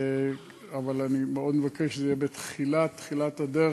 אבל אני מאוד מבקש שזה יהיה בתחילת-תחילת הדרך,